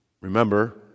Remember